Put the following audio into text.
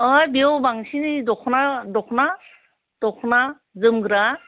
अइ बेयाव बांसिनै दख'ना दख'ना दख'ना जोमग्रा